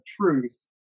truth